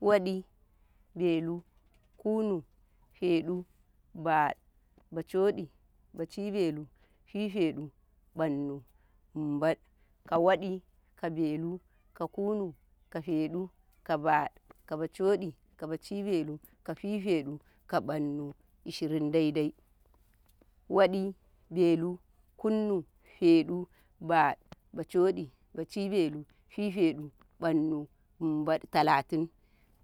﻿Waɗi, belu, kunu, feɗu,. baɗu, bacoɗi, baci-belu, fifeɗu, Nƃannu, Nmbad, ka waɗi ka belu, ka kunu, ka feɗu, ka baɗu, ka bacoɗi, ka bacibelu, ka fifeɗu, ka mbannu. ishirin dadai, waɗi belu, kunu, feɗu baɗu, bacoɗi, bacibelu, fifeɗu, mbannu Nnbad, talatin